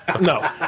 No